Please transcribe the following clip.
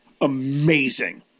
amazing